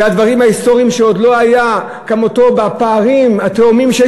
כשהדברים ההיסטוריים שעוד לא היו כמותם בפערים התהומיים,